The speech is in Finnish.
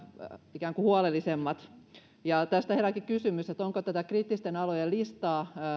ikään kuin huolellisemmat tästä herääkin kysymys että onko tätä kriittisten alojen listaa